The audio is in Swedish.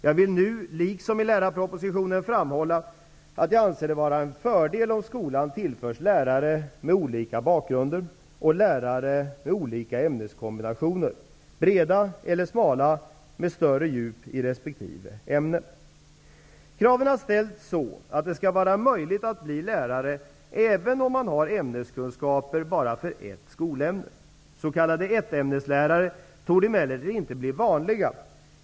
Jag vill nu liksom i lärarpropositionen framhålla att jag anser det vara en fördel om skolan tillförs lärare med olika bakgrunder och lärare med olika ämneskombinationer -- breda eller smala med större djup i resp. ämne. Kraven har ställts så att det skall bli möjligt att bli lärare även om man har ämneskunskaper bara för ett skolämne. S.k. ett-ämneslärare torde emellertid inte bli vanliga.